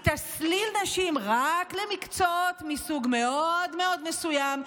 היא תסליל נשים רק למקצועות מסוג מאוד מאוד מסוים,